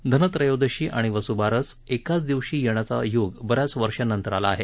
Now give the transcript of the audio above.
धनत्रयोदशी आणि वसू बारस एकाच दिवशी येण्याचा योग बऱ्याच वर्षांनंतर आला आहे